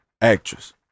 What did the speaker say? actress